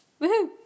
Woohoo